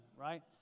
right